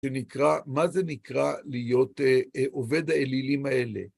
זה נקרא מה זה נקרא להיות עובד האלילים האלה?